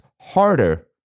harder